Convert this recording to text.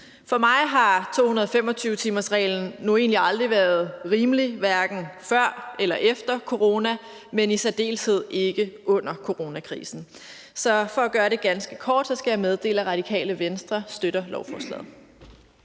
For mig har 225-timersreglen nu egentlig aldrig været rimelig, hverken før eller efter coronakrisen, men i særdeles ikke under coronakrisen. Så for at gøre det ganske kort skal jeg meddele, at Radikale Venstre støtter lovforslaget.